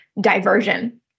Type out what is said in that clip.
diversion